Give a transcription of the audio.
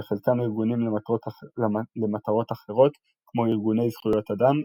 וחלקם ארגונים למטרות אחרות כמו ארגוני זכויות אדם,